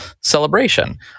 celebration